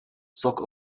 sok